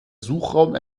suchraum